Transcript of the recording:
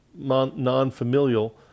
non-familial